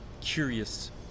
curious